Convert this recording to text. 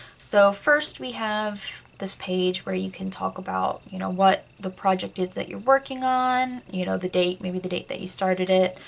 so first we have this page where you can talk about you know what the project is that you're working on, you know the date, maybe the date that you started it.